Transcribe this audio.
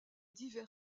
divers